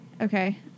Okay